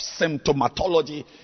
symptomatology